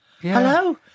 hello